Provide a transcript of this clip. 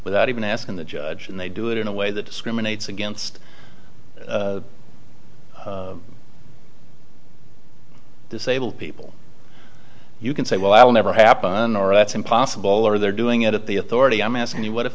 without even asking the judge and they do it in a way that discriminates against disabled people you can say well i'll never happen or it's impossible or they're doing it at the authority i'm asking you what if